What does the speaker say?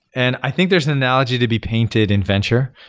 and i think there's an analogy to be painted in venture,